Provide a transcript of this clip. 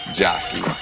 jockey